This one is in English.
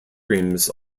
creams